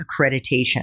accreditation